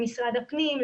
למשרד הפנים,